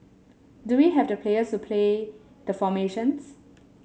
do we have the players to play the formations